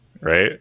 Right